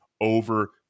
over